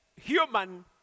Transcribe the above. human